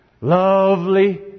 lovely